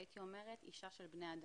הייתי אומרת שאת אישה של בני אדם.